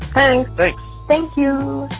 thank thank you.